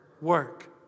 work